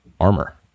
armor